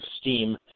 steam